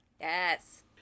Yes